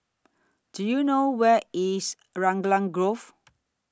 Do YOU know Where IS Raglan Grove